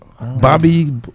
Bobby